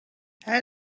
how